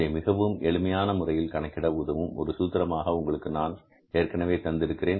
இதை மிகவும் எளிமையான முறையில் கணக்கிட உதவும் ஒரு சூத்திரமாக உங்களுக்கு நான் ஏற்கனவே தந்திருக்கிறேன்